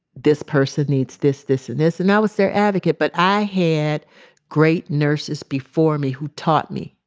this person needs this, this, and this. and i was their advocate, but i had great nurses before me who taught me